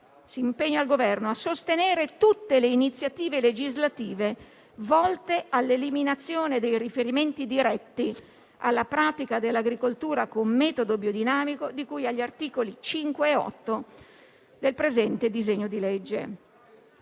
e, contestualmente, sostenere tutte le iniziative legislative volte alla eliminazione dei riferimenti diretti alla pratica dell'agricoltura con "metodo biodinamico" di cui agli articoli 5 e 8 del presente disegno di legge.